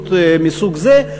לפעילות מסוג זה.